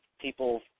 people